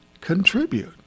contribute